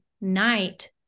night